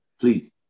Please